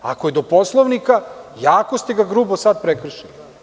Ako je do Poslovnika, jako ste ga grubo sad prekršili.